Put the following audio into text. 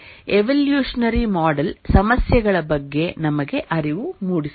evolutionary model ಸಮಸ್ಯೆಗಳ ಬಗ್ಗೆ ನಮಗೆ ಅರಿವು ಮೂಡಿಸೋಣ